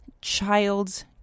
child's